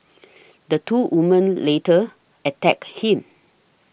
the two woman later attacked him